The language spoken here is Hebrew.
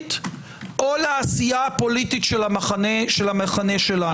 הציבורית או לעשייה הפוליטית של המחנה שלנו.